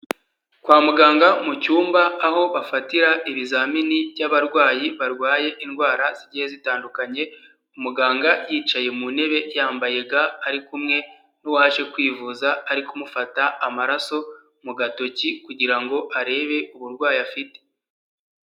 Kwa muganga mu cyumba aho bafatira ibizamini by'abarwayi barwaye indwara zigiye zitandukanye, muganga yicaye mu ntebe yambaye ga ari kumwe n'uwaje kwivuza ari kumufata amaraso mu gatoki kugira ngo arebe uburwayi afite.